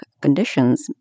conditions